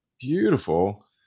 beautiful